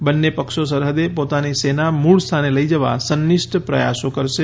બંન્ને પક્ષો સરહદે પોતાની સેના મૂળ સ્થાને લઈ જવા સનીષ્ઠ પ્રયાસો કરશે